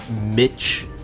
Mitch